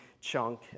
chunk